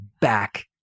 back